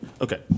Okay